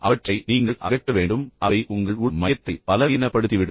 அவற்றை நீங்கள் அகற்ற வேண்டும் ஏனெனில் அவை உங்கள் உள் மையத்தை பலவீனப்படுத்திவிடும்